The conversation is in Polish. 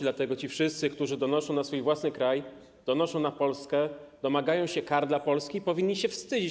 Dlatego ci wszyscy, którzy donoszą na swój własny kraj, donoszą na Polskę, domagają się kar dla Polski, powinni się wstydzić.